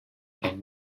and